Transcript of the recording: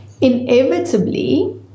inevitably